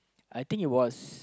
I think it was